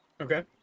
Okay